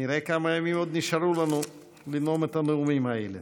נראה עוד כמה ימים נשארו לנו לנאום את הנאומים האלה.